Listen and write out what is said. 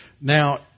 Now